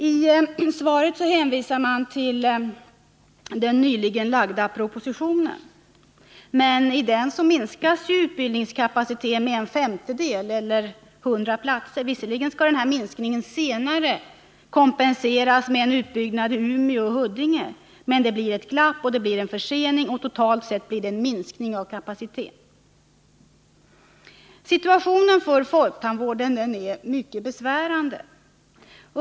I svaret hänvisas till den nyligen framlagda propositionen, men i den minskas ju utbildningskapaciteten med en femtedel eller med 100 platser. Visserligen skall den minskningen senare kompenseras med en utbyggnad i Umeå och Huddinge, men det blir ändå ett glapp och en försening, och totalt sett blir det en minskning av kapaciteten. Situationen för folktandvården är nu mycket besvärande.